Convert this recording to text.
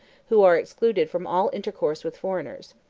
who are excluded from all intercourse with foreigners.